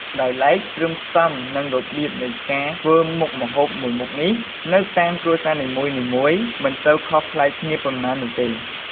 ដោយឡែក គ្រឿងផ្សំនិងរបៀបនៃការធ្វើមុខម្ហូបមួយនេះនៅតាមគ្រួសារនីមួយៗមិនសូវខុសប្លែកគ្នាប៉ុន្មាននោះទេ។